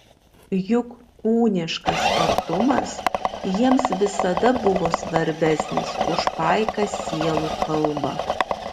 juk kūniškas artumas jiems visada buvo svarbesnis už paiką sielų kalbą